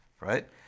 right